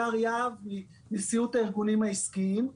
הגר יהב מנשיאות הארגונים העסקיים,